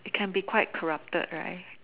it can be quite corrupted right